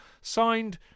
signed